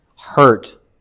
hurt